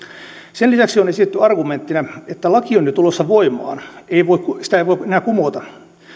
sen lisäksi on esitetty argumenttina että laki on jo tulossa voimaan sitä ei voi enää kumota